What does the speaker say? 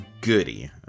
goody